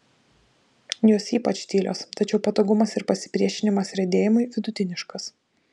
jos ypač tylios tačiau patogumas ir pasipriešinimas riedėjimui vidutiniškas